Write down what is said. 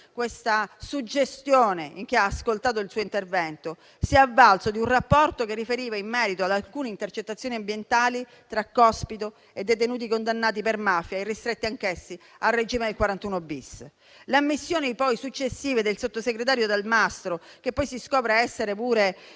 questa suggestione in chi ha ascoltato il suo intervento, si è avvalso di un rapporto che riferiva in merito ad alcune intercettazioni ambientali tra Cospito e detenuti condannati per mafia e ristretti anch'essi al regime del 41-*bis*. Le ammissioni successive del sottosegretario Delmastro Delle Vedove, che poi si scopre essere pure